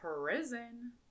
prison